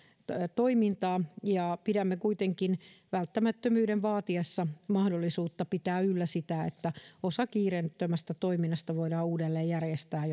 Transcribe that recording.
toimintaa ja pidämme kuitenkin välttämättömyyden vaatiessa mahdollisuutta pitää yllä sitä että osa kiireettömästä toiminnasta voidaan uudelleen järjestää